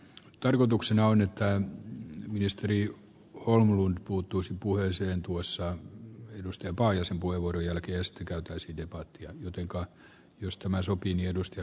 tarkoituksena on että ministeri holmlund puolutus puheeseen tuossa on edustaja paajasen kuivuria ilkeästi käytäisi debattia muidenkaan jos arvoisa herra puhemies